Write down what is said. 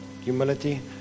humility